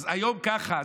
אז היום ככה,